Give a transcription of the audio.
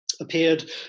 appeared